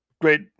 great